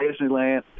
Disneyland